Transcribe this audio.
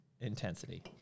Intensity